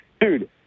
Dude